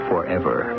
forever